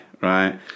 right